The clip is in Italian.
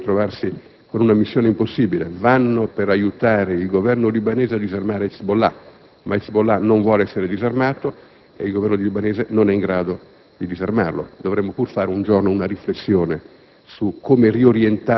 che rischiano di trovarsi in una missione impossibile: vanno in Libano per aiutare il Governo libanese a disarmare *Hezbollah,* che non vuole essere disarmato e che il Governo libanese non è in grado di disarmare. Dovremo pur fare, un giorno, una riflessione